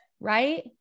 right